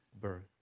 birth